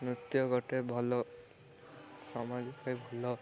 ନୃତ୍ୟ ଗୋଟେ ଭଲ ସମାଜ ପାଇଁ ଭଲ